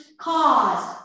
cause